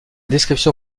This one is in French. description